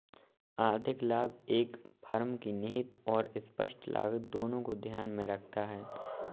आर्थिक लाभ एक फर्म की निहित और स्पष्ट लागत दोनों को ध्यान में रखता है